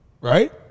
Right